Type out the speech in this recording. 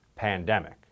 pandemic